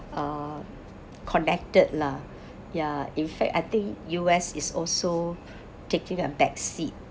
uh connected lah ya in fact I think U_S is also taking a back seat